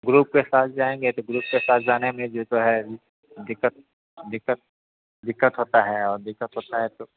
group के साथ जाएँगे तो ग्रुप के साथ जाने में जो है दिक्कत दिक्कत दिक्कत होता है और दिक्कत होता है तो